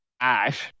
Ash